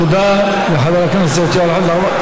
תודה לחבר הכנסת יואל חסון,